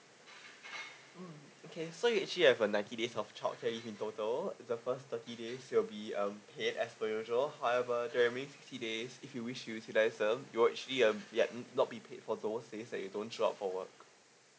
mm okay so you actually have a ninety days of childcare leave in total is the first thirty days you will be uh paid as per usual however the remaining sixty days if you wish to utilise them you will actually um yup not be paid for those days that you don't show up for work